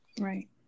right